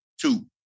Two